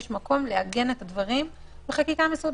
יש מקום לעגן את הדברים בחקיקה מסודרת.